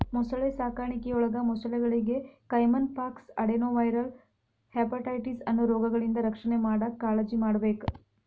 ಮೊಸಳೆ ಸಾಕಾಣಿಕೆಯೊಳಗ ಮೊಸಳೆಗಳಿಗೆ ಕೈಮನ್ ಪಾಕ್ಸ್, ಅಡೆನೊವೈರಲ್ ಹೆಪಟೈಟಿಸ್ ಅನ್ನೋ ರೋಗಗಳಿಂದ ರಕ್ಷಣೆ ಮಾಡಾಕ್ ಕಾಳಜಿಮಾಡ್ಬೇಕ್